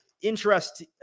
interest